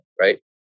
right